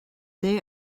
they